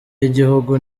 y’igihugu